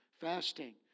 fasting